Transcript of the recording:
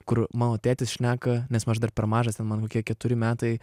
kur mano tėtis šneka nes aš dar per mažas ten man kokie keturi metai